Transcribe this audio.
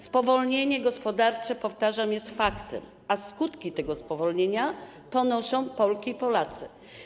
Spowolnienie gospodarcze, powtarzam, jest faktem, a skutki tego spowolnienia odczuwają Polki i Polacy.